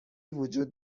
وجود